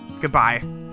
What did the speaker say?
Goodbye